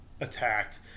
attacked